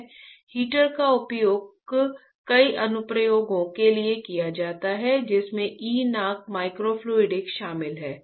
heater का उपयोग कई अनुप्रयोगों के लिए किया जाता है जिसमें ई नाक माइक्रो फ्लूडिक्स शामिल है